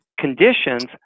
conditions